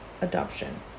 adoption